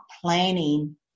planning